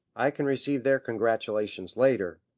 i can receive their congratulations later.